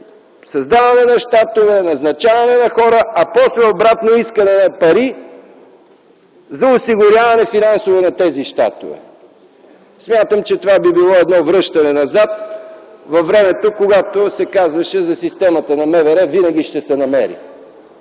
създаване на щатове, назначаване на хора, а после обратно - искане на пари за финансово осигуряване на тези щатове. Смятам, че това би било връщане назад във времето, когато се казваше, че за системата на МВР винаги ще се намери.